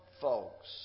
folks